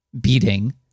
beating